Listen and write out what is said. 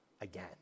again